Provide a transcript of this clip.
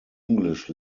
english